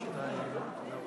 דני, תפזר את ההפגנה שם.